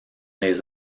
les